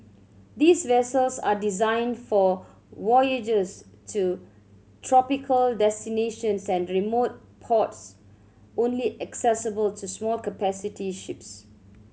these vessels are designed for voyages to tropical destinations and remote ports only accessible to small capacity ships